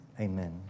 Amen